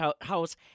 house